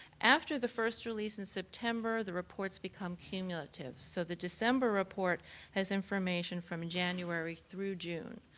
after the first release in september, the reports become cumulative, so the december report has information from january through june.